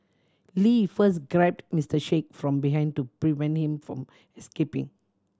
Lee first grabbed Mister Sheikh from behind to prevent him from escaping